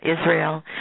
Israel